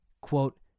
Quote